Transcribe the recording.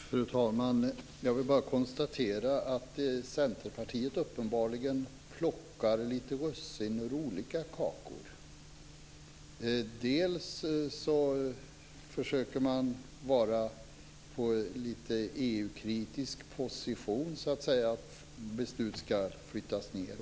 Fru talman! Jag vill bara konstatera att Centerpartiet uppenbarligen plockar russin ur lite olika kakor. Å ena sidan försöker man inta en lite EU-kritisk position när man säger att beslut ska flyttas ned.